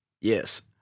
Yes